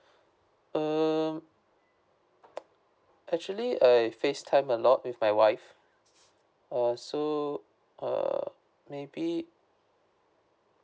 um actually I facetime a lot with my wife uh so err maybe